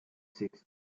six